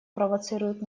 провоцирует